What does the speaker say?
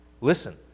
Listen